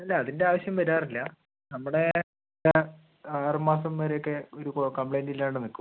ഇല്ല അതിൻ്റെ ആവശ്യം വരാറില്ല നമ്മുടെ ആറുമാസം വരെയൊക്കെ ഒരു കംപ്ലയിൻ്റും ഇല്ലാണ്ട് നിൽക്കും